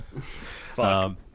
Fuck